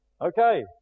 Okay